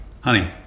Honey